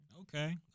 Okay